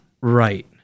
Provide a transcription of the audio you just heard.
Right